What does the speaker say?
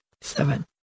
Seven